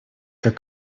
как